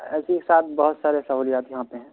اے C کے ساتھ بہت سارے سہولیات یہاں پہ ہیں